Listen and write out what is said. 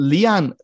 Lian